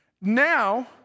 Now